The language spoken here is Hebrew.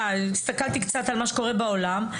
הסתכלתי קצת על מה שקורה בעולם.